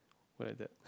at that